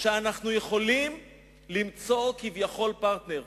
שאנחנו יכולים למצוא, כביכול, פרטנר.